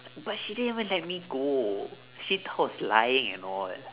but she didn't even let me go she thought I was lying and all